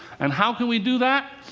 and how can we do that?